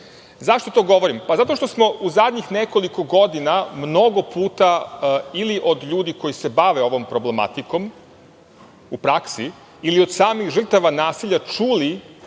uradi? Zašto to govorim? Pa zato što smo u zadnjih nekoliko godina mnogo puta, ili od ljudi koji se bave ovom problematikom u praksi, ili od samih žrtava nasilja, čuli